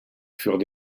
furent